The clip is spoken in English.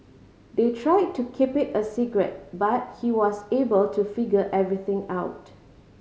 they tried to keep it a secret but he was able to figure everything out